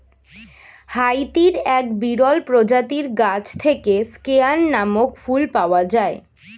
হাইতির এক বিরল প্রজাতির গাছ থেকে স্কেয়ান নামক ফুল পাওয়া যায়